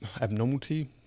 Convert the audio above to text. abnormality